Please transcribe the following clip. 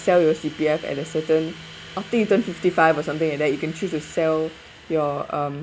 sell your C_P_F at a certain after you turn fifty five or something like that you can choose to sell your um